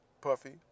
Puffy